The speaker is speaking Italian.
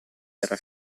era